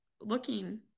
looking